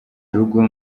rugo